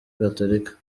gatolika